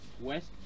West